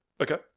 Okay